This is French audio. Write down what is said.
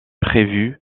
prévu